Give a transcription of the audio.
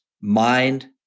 mind